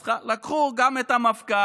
אז לקחו גם את המפכ"ל,